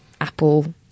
Apple